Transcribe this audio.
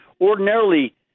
ordinarily